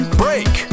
break